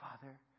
Father